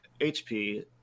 HP